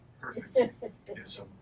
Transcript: Perfect